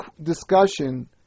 discussion